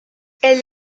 elle